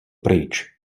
pryč